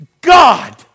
God